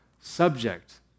subject